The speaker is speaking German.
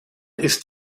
ist